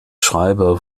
schreiber